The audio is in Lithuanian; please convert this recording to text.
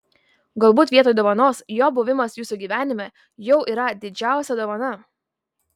galbūt vietoj dovanos jo buvimas jūsų gyvenime jau yra didžiausia dovana